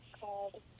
called